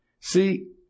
See